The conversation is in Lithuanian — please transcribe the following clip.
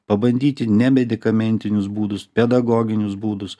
pabandyti nemedikamentinius būdus pedagoginius būdus